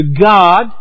God